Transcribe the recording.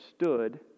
stood